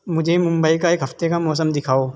مجھے ممبئی کا ایک ہفتے کا موسم دکھاؤ